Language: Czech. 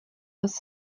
les